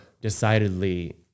decidedly